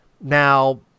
Now